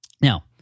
Now